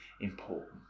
important